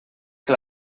que